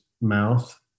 mouth